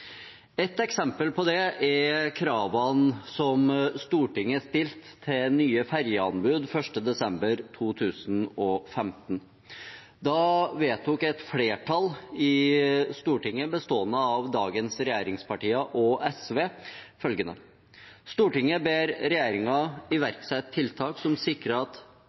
Et eksempel på det er kravene som Stortinget stilte til nye ferjeanbud 1. desember 2015. Da vedtok et flertall i Stortinget, bestående av dagens regjeringspartier og SV, følgende: «Stortinget ber regjeringen iverksette tiltak som sikrer at